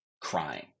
crying